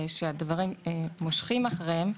שהדברים מושכים אחריהם.